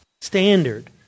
standard